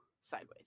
Sideways